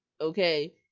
Okay